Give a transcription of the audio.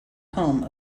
home